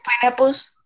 pineapples